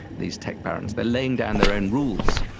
these tech barons, they are laying down their own rules.